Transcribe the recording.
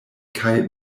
kaj